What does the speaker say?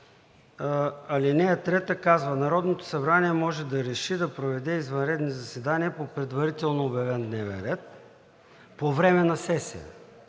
ал. 3 казва: „Народното събрание може да реши да проведе извънредни заседания по предварително обявен дневен ред по време на сесия,